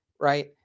right